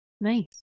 Nice